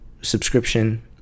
subscription